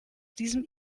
diesem